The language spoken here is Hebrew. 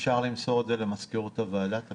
אפשר למסור את הפרסומים האלה למזכירות הוועדה?